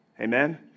Amen